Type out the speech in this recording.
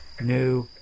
new